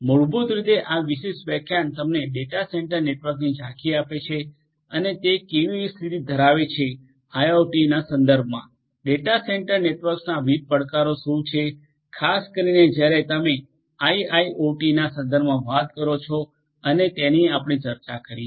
મૂળભૂત રીતે આ વિશેષ વ્યાખ્યાન તમને ડેટા સેન્ટર નેટવર્કની ઝાંખી આપે છે અને તે કેવી સ્થિતિ ધરાવે છે આઇઆઇઓટીના સંદર્ભમાં ડેટા સેન્ટર નેટવર્ક્સના વિવિધ પડકારો શું છે ખાસ કરીને જ્યારે તમે આઈઆઓટીના સંદર્ભમાં વાત કરો છો અને તેની આપણે ચર્ચા કરી છે